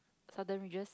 Southern Ridges